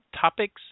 topics